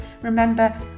Remember